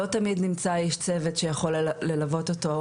החלטות לאיזה ועדות שייבנו לתוכנית חומש,